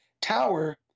tower